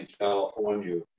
California